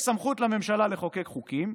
אצלנו יש סמכות לממשלה לחוקק חוקים,